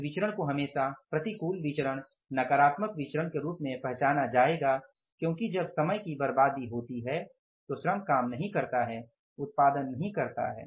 इस विचरण को हमेशा प्रतिकूल विचरण नकारात्मक विचरण के रूप में पहचाना जाएगा क्योंकि जब समय की बर्बादी होती है तो श्रम काम नहीं करता है उत्पादन नहीं करता है